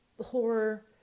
horror